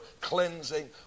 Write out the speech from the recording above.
cleansing